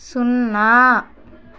సున్నా